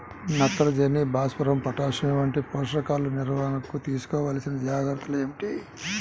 నత్రజని, భాస్వరం, పొటాష్ వంటి పోషకాల నిర్వహణకు తీసుకోవలసిన జాగ్రత్తలు ఏమిటీ?